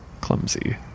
clumsy